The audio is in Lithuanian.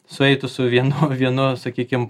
sueitų su vienu vienu sakykim